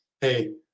Hey